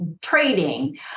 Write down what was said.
trading